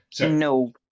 No